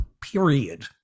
period